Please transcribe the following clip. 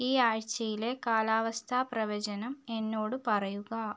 ഈ ആഴ്ചയിലെ കാലാവസ്ഥാ പ്രവചനം എന്നോട് പറയുക